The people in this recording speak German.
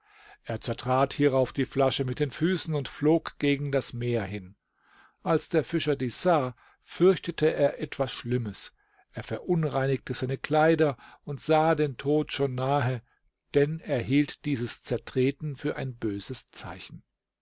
er zertrat hierauf die flasche mit den füßen und flog gegen das meer hin als der fischer dies sah fürchtete er etwas schlimmes er verunreinigte seine kleider und sah den tod schon nahe denn er hielt dieses zertreten für ein böses zeichen